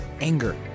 anger